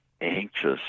anxious